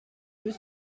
deux